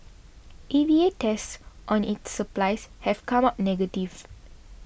A V A tests on its supplies have come up negative